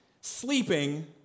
sleeping